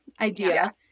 idea